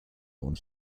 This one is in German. und